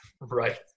Right